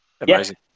Amazing